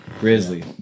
Grizzly